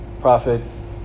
prophets